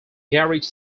garage